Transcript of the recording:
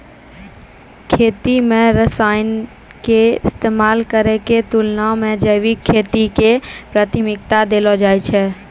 खेती मे रसायन के इस्तेमाल करै के तुलना मे जैविक खेती के प्राथमिकता देलो जाय छै